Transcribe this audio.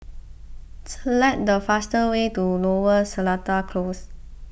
select the fastest way to Lower Seletar Close